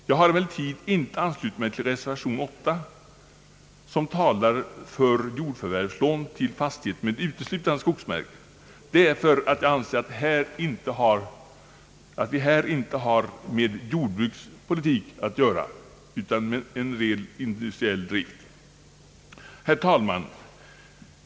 Jag har emellertid inte anslutit mig till reservation nr 8, som talar för jordförvärvslån till fastigheter med uteslutande skogsmark, därför att jag anser att man här inte har med jordbrukspolitik att göra, utan med ren industriell drift. Herr talman!